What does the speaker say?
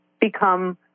become